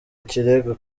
ikirego